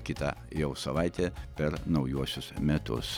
kita jau savaitė per naujuosius metus